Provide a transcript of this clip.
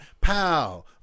Pow